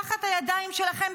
תחת הידיים שלכם,